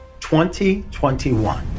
2021